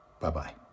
Bye-bye